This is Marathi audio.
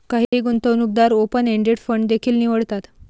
काही गुंतवणूकदार ओपन एंडेड फंड देखील निवडतात